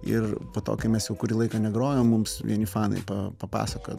ir po to kai mes jau kurį laiką negrojom mums vieni fanai pa papasakojo